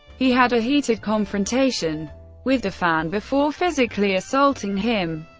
he had a heated confrontation with the fan before physically assaulting him.